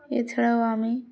এছাড়াও আমি